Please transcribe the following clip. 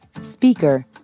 speaker